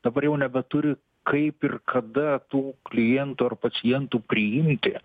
dabar jau nebeturi kaip ir kada tų klientų ar pacientų priimti